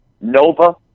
Nova